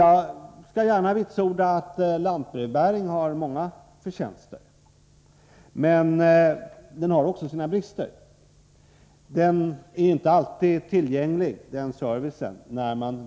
Jag kan gärna vitsorda att lantbrevbäring har många förtjänster — men den har också sina brister. Denna service är inte alltid tillgänglig när man behöver den.